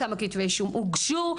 כמה כתבי אישום הוגשו,